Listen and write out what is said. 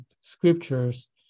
scriptures